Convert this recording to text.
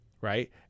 right